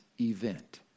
event